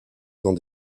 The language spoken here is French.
dans